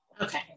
Okay